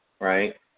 Right